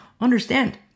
understand